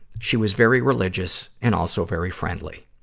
she was very religious and also very friendly.